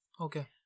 Okay